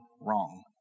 wrong